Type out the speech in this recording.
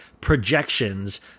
projections